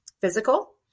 physical